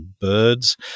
birds